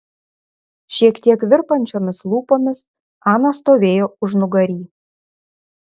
šiek tiek virpančiomis lūpomis ana stovėjo užnugary